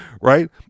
Right